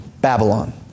Babylon